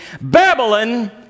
Babylon